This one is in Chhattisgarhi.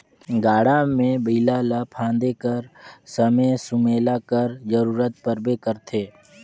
गाड़ा मे बइला ल फादे कर समे सुमेला कर जरूरत परबे करथे